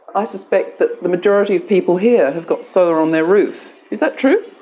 i suspect that the majority of people here have got solar on their roof. is that true?